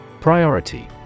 Priority